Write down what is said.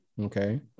okay